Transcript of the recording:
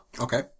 Okay